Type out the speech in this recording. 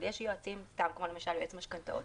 אבל יש יועצים כמו למשל יועצי משכנתאות,